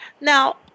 now